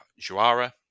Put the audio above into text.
Joara